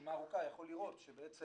הרשימה הארוכה יכול לראות שבעצם